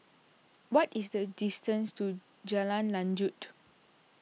what is the distance to Jalan Lanjut